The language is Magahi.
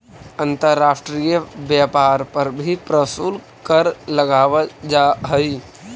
अंतर्राष्ट्रीय व्यापार पर भी प्रशुल्क कर लगावल जा हई